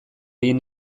egin